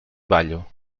ballo